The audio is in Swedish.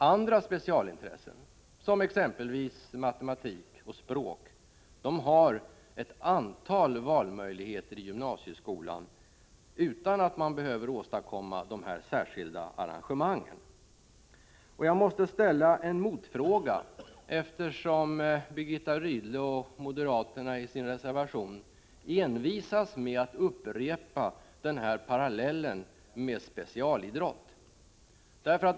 Andra specialintressen, som exempelvis matematik och språk, har ett antal valmöjligheter i gymnasieskolan utan att man behöver åstadkomma dessa särskilda arrangemang. Birgitta Rydle och moderaterna envisas i sin reservation med att upprepa parallellen med specialidrott.